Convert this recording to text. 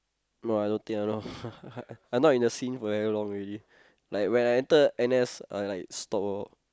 no I don't think I know I not in the scene for very long already like when I enter N_S I like stop orh